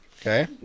Okay